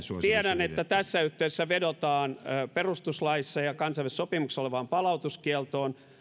tiedän että tässä yhteydessä vedotaan perustuslaissa ja kansainvälisissä sopimuksissa olevaan palautuskieltoon